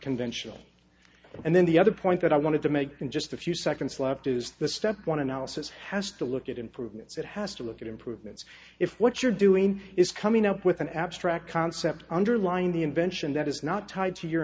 conventional and then the other point that i wanted to make in just a few seconds left is the step one analysis has to look at improvements it has to look at improvements if what you're doing is coming up with an abstract concept underlying the invention that is not tied to your